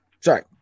Sorry